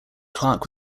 clarke